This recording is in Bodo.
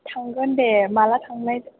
थांगोन दे माला थांनो